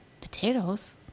potatoes